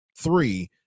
three